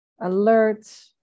alert